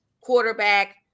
quarterback